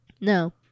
No